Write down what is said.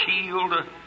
shield